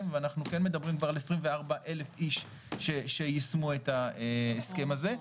ואנחנו כן מדברים כבר על 24,000 איש שיישמו את ההסכם הזה.